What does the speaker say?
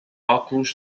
óculos